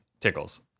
tickles